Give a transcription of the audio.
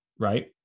right